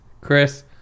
Chris